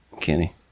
Kenny